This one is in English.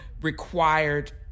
required